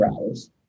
hours